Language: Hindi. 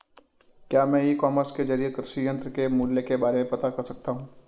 क्या मैं ई कॉमर्स के ज़रिए कृषि यंत्र के मूल्य के बारे में पता कर सकता हूँ?